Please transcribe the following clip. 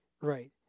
Right